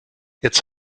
jetzt